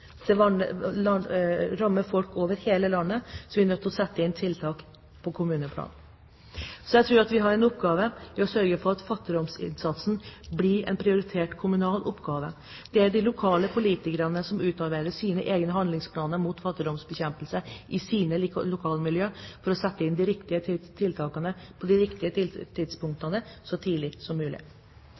rammer folk over hele landet – så vi er nødt til å sette inn tiltak på kommuneplan. Jeg tror at vi har en oppgave i å sørge for at fattigdomsinnsatsen blir en prioritert kommunal oppgave. Det er de lokale politikerne som utarbeider sine egne handlingsplaner mot fattigdomsbekjempelse i sine lokalmiljøer for å sette inn de riktige tiltakene på de riktige tidspunktene så tidlig som mulig.